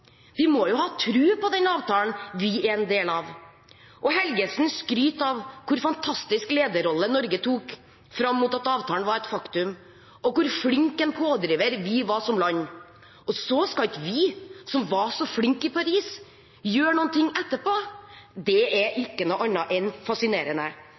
Vi må jo ha tro på den avtalen vi er en del av! Helgesen skryter av hvilken fantastisk lederrolle Norge tok fram til avtalen var et faktum, og hvor flink pådriver vi var som land. Så skal ikke vi, som var så flinke i Paris, gjøre noe etterpå! Det er